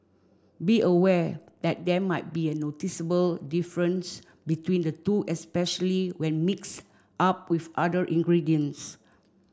be aware that there might be a noticeable difference between the two especially when mixed up with other ingredients